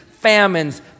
famines